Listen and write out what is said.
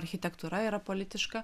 architektūra yra politiška